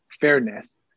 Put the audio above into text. fairness